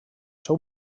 seu